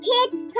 Kids